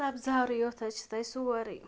سَبزارٕے یوت حظ چھِ تَتہِ سورُے